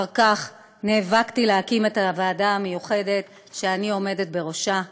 ואחר כך נאבקתי להקים את הוועדה המיוחדת שאני עומדת בראשה.